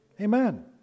Amen